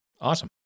Awesome